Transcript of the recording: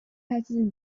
patches